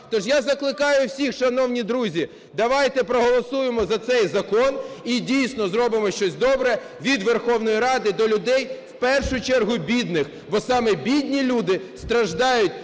Тож я закликаю всіх, шановні друзі, давайте проголосуємо за цей закон і дійсно зробимо щось добре від Верховної Ради до людей, в першу чергу бідних, бо саме бідні люди страждають